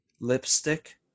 lipstick